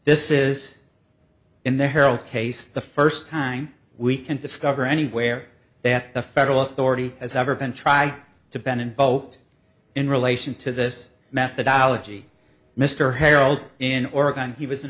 this is in the herald case the first time we can discover anywhere that the federal authority has ever been tried to ban involved in relation to this methodology mr harold in oregon he was an